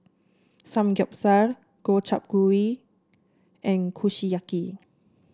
Samgyeopsal Gobchang Gui and Kushiyaki